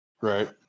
Right